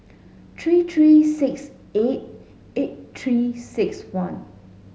three three six eight eight three six one